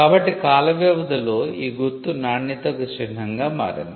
కాబట్టి కాల వ్యవధిలో ఈ గుర్తు నాణ్యతకు చిహ్నంగా మారింది